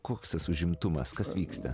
koks tas užimtumas kas vyksta